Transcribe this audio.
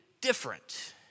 different